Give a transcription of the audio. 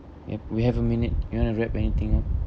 yup we have a minute you wanna wrap anything uh